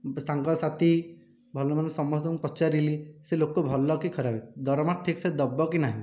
ସାଙ୍ଗସାଥି ଭଲ ମନ୍ଦ ସମସ୍ତଙ୍କୁ ପଚାରିଲି ସେ ଲୋକ ଭଲ କି ଖରାପ ଦରମା ଠିକ୍ସେ ଦେବ କି ନାହିଁ